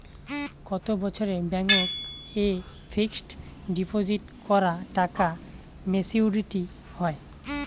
কত বছরে ব্যাংক এ ফিক্সড ডিপোজিট করা টাকা মেচুউরিটি হয়?